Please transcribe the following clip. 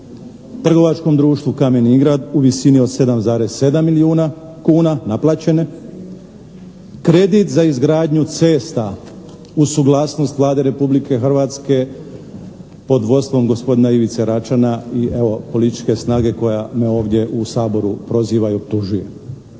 trgovačkom društvu "Kamen Ingrad" u visini od 7,7 milijuna kuna naplaćene. Kredit za izgradnju cesta uz suglasnost Vlade Republike Hrvatske pod vodstvom gospodina Ivice Račana i evo, političke snage koja me ovdje u Saboru proziva i optužuje.